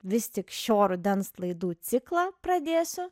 vis tik šio rudens laidų ciklą pradėsiu